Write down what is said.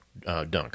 dunk